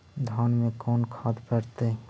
धान मे कोन खाद पड़तै?